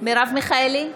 מרב מיכאלי,